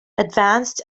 advanced